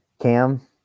cam